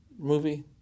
Movie